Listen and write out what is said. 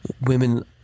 women